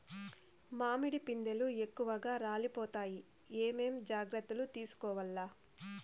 మామిడి పిందెలు ఎక్కువగా రాలిపోతాయి ఏమేం జాగ్రత్తలు తీసుకోవల్ల?